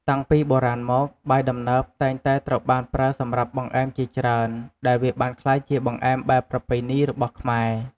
តាំងពីបុរាណមក បាយដំណើបតែងតែត្រូវបានប្រើសម្រាប់បង្អែមជាច្រើន ដែលវាបានក្លាយជាបង្អែមបែបប្រពៃណីរបស់ខ្មែរ។